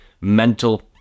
mental